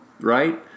Right